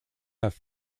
have